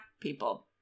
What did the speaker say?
People